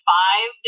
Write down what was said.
five